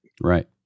Right